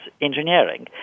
engineering